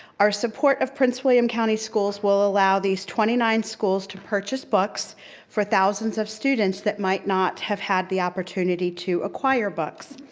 our support of prince william county schools will allow these twenty nine schools to purchase books for thousands of students that might not have had the opportunity to acquire books.